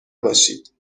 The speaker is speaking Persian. باشید